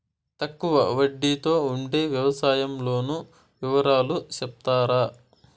తక్కువ వడ్డీ తో ఉండే వ్యవసాయం లోను వివరాలు సెప్తారా?